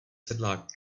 sedlák